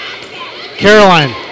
Caroline